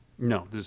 No